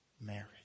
marriage